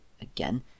again